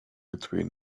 between